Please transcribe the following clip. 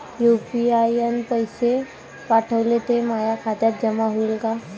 UPI न पैसे पाठवले, ते माया खात्यात जमा होईन का?